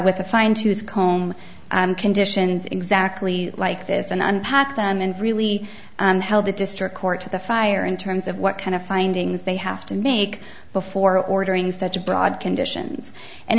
with a fine tooth comb conditions exactly like this and unpacked them and really held the district court to the fire in terms of what kind of findings they have to make before ordering such a broad conditions and